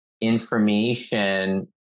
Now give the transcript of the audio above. information